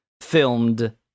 filmed